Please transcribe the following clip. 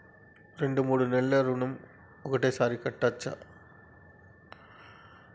రెండు మూడు నెలల ఋణం ఒకేసారి కట్టచ్చా?